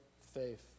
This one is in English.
faith